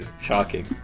shocking